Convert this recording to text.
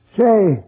Say